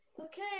Okay